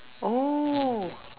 oh